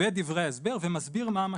ודברי ההסבר ומסביר מה המשמעויות.